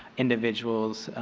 individuals,